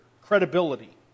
credibility